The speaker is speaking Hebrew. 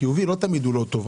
החיובי לא תמיד הוא לא טוב.